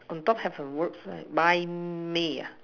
on top have a word flag mind me ah